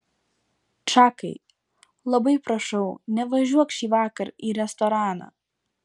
čakai labai prašau nevažiuok šįvakar į restoraną